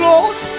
Lord